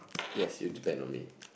yes you depend on me